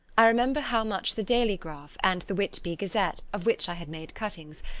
i remember how much the dailygraph and the whitby gazette, of which i had made cuttings,